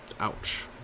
Ouch